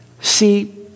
See